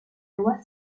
loi